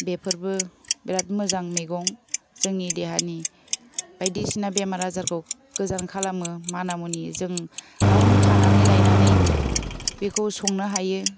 बेफोरबो बिराथ मोजां मैगं जोंनि देहानि बायदिसिना बेमार आजारखौ गोजान खालामो माना मुनि जों गावनो खानानै लायनानै बेखौ संनो हायो